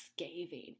scathing